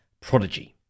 prodigy